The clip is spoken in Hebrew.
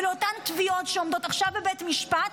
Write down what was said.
ולאותן תביעות שעומדות עכשיו בבית משפט